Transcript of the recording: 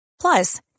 Plus